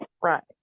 right